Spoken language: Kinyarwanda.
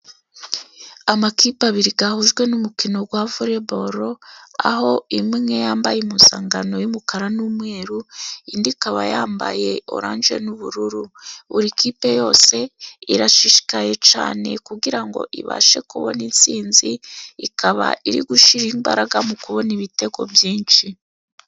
Amakipe abiri yahujwe n'umukino wa voreboro, aho imwe yambaye impuzankano y'umukara n'umweru, indi ikaba yambaye oranje n'ubururu. Buri kipe yose irashishikaye cyane kugira ngo ibashe kubona intsinzi, ikaba iri gushira imbaraga mu kubona ibitego byinshi.